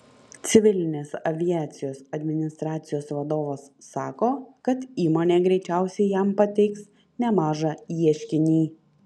civilinės aviacijos administracijos vadovas sako kad įmonė greičiausiai jam pateiks nemažą ieškinį